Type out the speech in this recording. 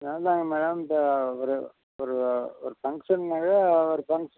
நான் தானுங்க மேடம் இப்போ ஒரு ஒரு ஒரு ஃபங்ஷன் மாதிரியா ஒரு ஃபங்ஷ்